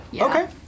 Okay